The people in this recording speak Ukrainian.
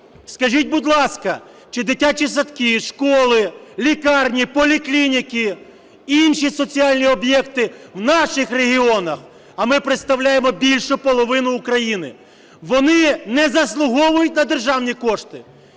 Скажіть, будь ласка, чи дитячі садки, школи, лікарні, поліклініки, інші соціальні об'єкти в наших регіонах, а ми представляємо більшу половину України, вони не заслуговують на державні кошти